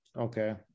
Okay